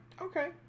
Okay